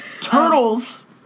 Turtles